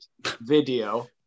video